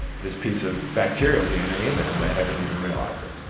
this piece of bacterial dna in there and they hadn't even realized it.